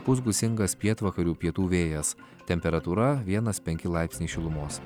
pūs gūsingas pietvakarių pietų vėjas temperatūra vienas penki laipsnių šilumos